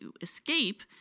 escape